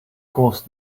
course